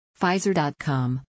Pfizer.com